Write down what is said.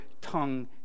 tongue